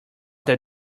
that